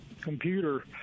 computer